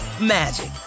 magic